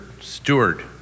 steward